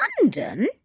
London